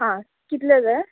आं कितले जाय